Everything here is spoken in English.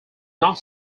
not